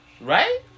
Right